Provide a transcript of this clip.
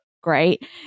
great